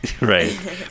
Right